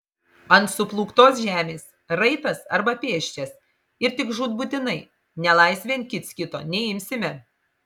ant suplūktos žemės raitas arba pėsčias ir tik žūtbūtinai nelaisvėn kits kito neimsime